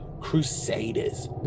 crusaders